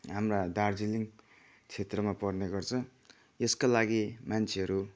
हाम्रा दार्जिलिङ क्षेत्रमा पर्नेगर्छ यसका लागि मान्छेहरू